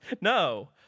No